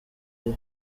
hari